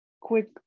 quick